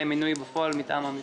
היה חביב קצב, מינוי בפועל מטעם המשרד.